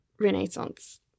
Renaissance